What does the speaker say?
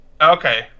Okay